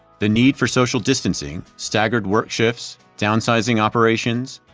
the need for social distancing, staggered work shifts, downsizing operations,